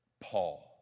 Paul